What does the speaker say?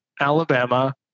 Alabama